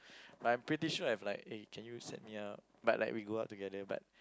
but I'm pretty sure I've like eh can you set me up but like we go out together but